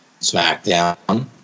SmackDown